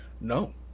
No